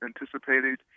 anticipated